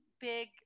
big